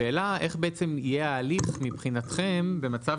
השאלה איך יהיה ההליך מבחינתכם במצב